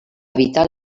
evitar